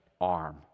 arm